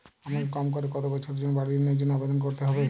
আমাকে কম করে কতো বছরের জন্য বাড়ীর ঋণের জন্য আবেদন করতে হবে?